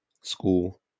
school